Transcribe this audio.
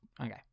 okay